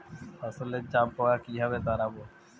ফসলে জাবপোকা কিভাবে তাড়াব?